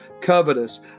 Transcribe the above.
covetous